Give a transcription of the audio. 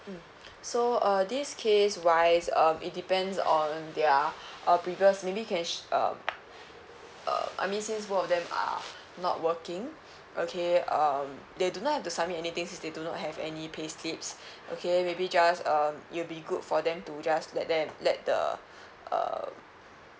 mm so uh this case wise um it depends on their uh previous maybe can um uh I mean since both of them are not working okay um they do not have to submit anything since they do not have any payslips okay maybe just um it will be good for them to just let them let the err